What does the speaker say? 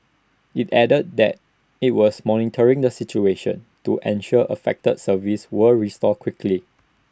IT added that IT was monitoring the situation to ensure affected services were restored quickly